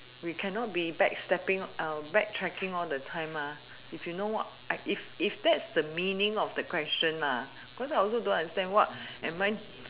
we cannot be back stepping backtracking all the time mah if you know what I if if that's the meaning of the question lah because I also don't understand what am I